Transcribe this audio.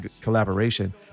collaboration